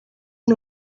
amb